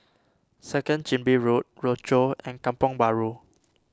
Second Chin Bee Road Rochor and Kampong Bahru